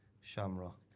Shamrock